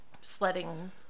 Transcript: sledding